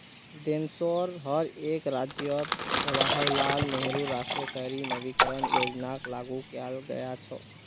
देशोंर हर एक राज्यअत जवाहरलाल नेहरू राष्ट्रीय शहरी नवीकरण योजनाक लागू कियाल गया छ